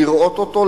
לראות אותו,